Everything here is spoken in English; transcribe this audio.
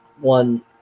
one